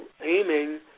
aiming